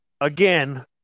Again